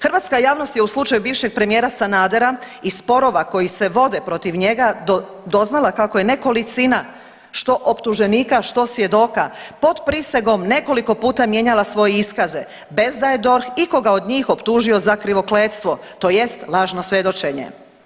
Hrvatska javnost je u slučaju bivšeg premijera Sanadera i sporova koji se vode protiv njega doznala kako je nekolicina što optuženika, što svjedoka pod prisegom nekoliko puta mijenjala svoje iskaze bez da je DORH ikoga od njih optužio za krivokletstvo tj. lažno svjedočenje.